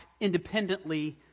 independently